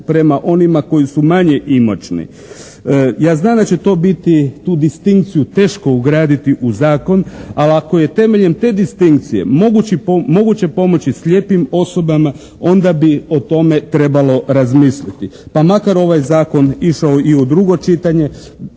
prema onima koji su manje imućni. Ja znam da će to biti tu distinkciju teško ugraditi u zakon, ali ako je temeljem te distinkcije moguće pomoći slijepim osobama onda bi o tome trebalo razmisliti pa makar ovaj Zakon išao i u drugo čitanje,